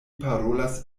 parolas